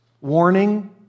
Warning